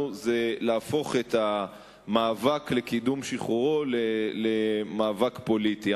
זה להפוך את המאבק לקידום שחרורו למאבק פוליטי.